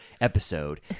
episode